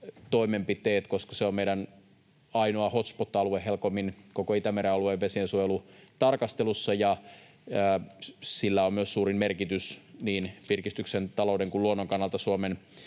toimenpiteet, koska se on meidän ainoa hotspot-alue HELCOMin koko Itämeren alueen vesiensuojelun tarkastelussa. Sillä on myös suurin merkitys niin virkistyksen, talouden kuin luonnon kannalta Suomen